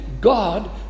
God